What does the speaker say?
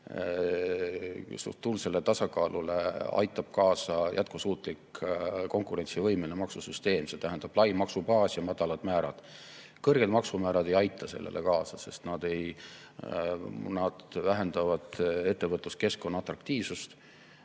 struktuursele tasakaalule aitab kaasa jätkusuutlik, konkurentsivõimeline maksusüsteem. See tähendab laia maksubaasi ja madalaid määrasid. Kõrged maksumäärad ei aita sellele kaasa, sest nad vähendavad ettevõtluskeskkonna atraktiivsust.